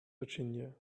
virginia